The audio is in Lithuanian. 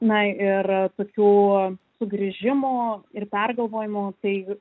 na ir tokių sugrįžimų ir pergalvojimų tai